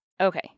Okay